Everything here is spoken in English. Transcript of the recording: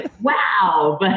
wow